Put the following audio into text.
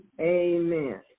Amen